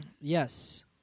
Yes